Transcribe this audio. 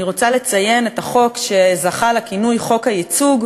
אני רוצה לציין את החוק שזכה לכינוי "חוק הייצוג",